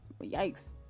yikes